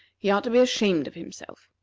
he ought to be ashamed of himself.